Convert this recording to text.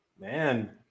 Man